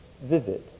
visit